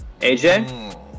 AJ